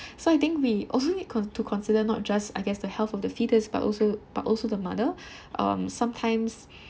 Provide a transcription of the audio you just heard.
so I think we also need con~ to consider not just I guess the health of the fetus but also but also the mother um sometimes